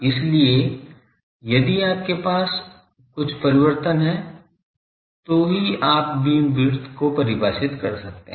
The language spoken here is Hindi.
इसलिए यदि आपके पास कुछ परिवर्तन है तो ही आप बीम विड्थ को परिभाषित कर सकते हैं